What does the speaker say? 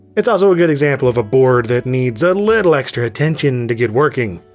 it's also a good example of a board that needs a little extra attention to get working.